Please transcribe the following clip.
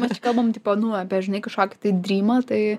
mes čia kalbam tipo nu apie žinai kažkokį tai drymą tai